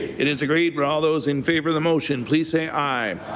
it is agreed. but all those in favor of the motion please say aye.